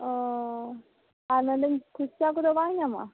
ᱚ ᱟᱨ ᱢᱮᱱᱫᱟᱹᱧ ᱯᱷᱩᱪᱠᱟ ᱠᱚᱫᱚ ᱵᱟᱝ ᱧᱟᱢᱚᱜᱼᱟ